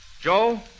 Joe